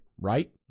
right